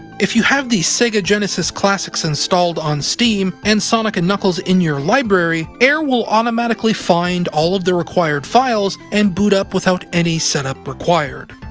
if you have the sega genesis classics installed on steam and sonic three and knuckles in your library, air will automatically find all of the required files and boot up without any setup required.